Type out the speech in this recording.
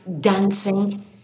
dancing